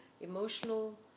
emotional